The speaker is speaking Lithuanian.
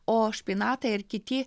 o špinatai ir kiti